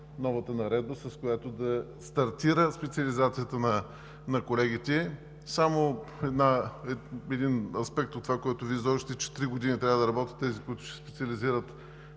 новата наредба, с която да стартират специализациите на колегите. Само един аспект от това, което Вие изложихте – че три години трябва да работят тези, които ще специализират